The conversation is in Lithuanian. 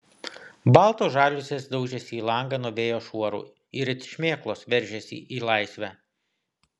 baltos žaliuzės daužėsi į langą nuo vėjo šuorų ir it šmėklos veržėsi į laisvę